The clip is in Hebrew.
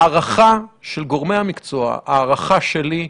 הערכה של גורמי המקצוע, הערכה שלי,